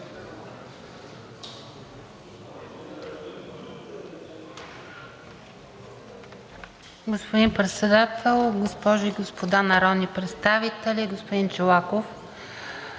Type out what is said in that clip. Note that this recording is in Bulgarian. Господин Председател, госпожи и господа народни представители! Господин Чолаков,